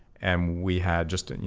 and we had just, and yeah